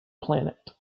planet